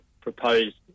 proposed